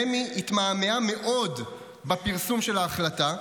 רמ"י התמהמהה מאוד בפרסום של ההחלטה,